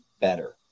better